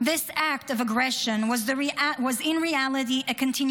this act of aggression was in reality a continuation